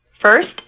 First